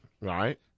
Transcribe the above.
Right